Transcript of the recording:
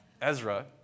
Ezra